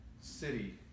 city